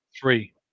Three